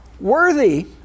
worthy